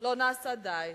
לא נעשה די.